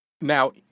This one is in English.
Now